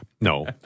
No